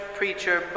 preacher